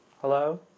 Hello